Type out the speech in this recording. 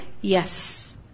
yes